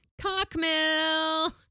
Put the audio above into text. Cockmill